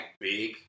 big